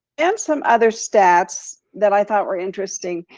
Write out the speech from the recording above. and some other stats that i thought were interesting.